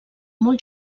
molt